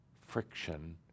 friction